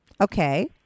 Okay